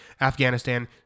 Afghanistan